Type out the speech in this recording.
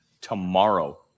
tomorrow